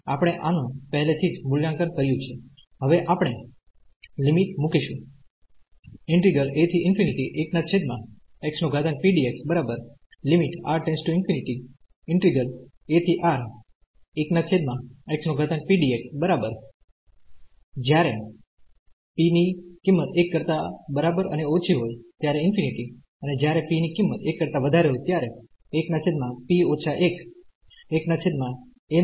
આપણે આનું પહેલેથી મૂલ્યાંકન કર્યું છે હવે આપણે લિમિટ મૂકીશું